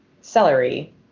celery